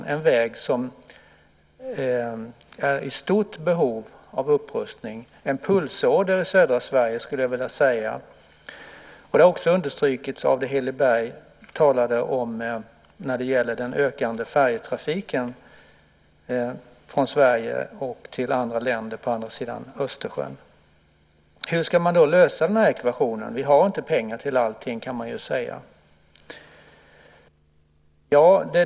Det är en väg som är i stort behov av upprustning och som är en pulsåder i södra Sverige, skulle jag vilja säga. Det har också understrukits av det som Heli Berg talade om när det gäller den ökande färjetrafiken från Sverige till andra länder på andra sidan Östersjön. Hur ska man då lösa den här ekvationen? Vi har inte pengar till allting, kan man säga.